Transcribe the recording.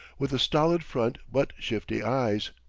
with a stolid front but shifty eyes.